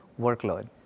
workload